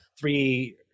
three